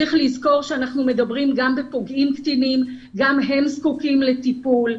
צריך לזכור שאנחנו מדברים גם בפוגעים קטינים וגם הם זקוקים לטיפול.